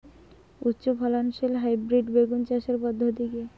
উচ্চ ফলনশীল হাইব্রিড বেগুন চাষের পদ্ধতি কী?